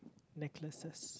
necklaces